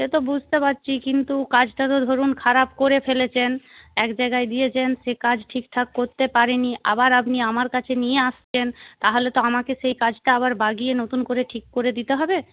সে তো বুঝতে পারছি কিন্তু কাজটা তো ধরুন খারাপ করে ফেলেছেন এক জায়গায় দিয়েছেন সে কাজ ঠিকঠাক করতে পারেনি আবার আপনি আমার কাছে নিয়ে আসছেন তাহলে আমাকে তো সেই কাজটা আবার বাগিয়ে নতুন করে ঠিক করে দিতে হবে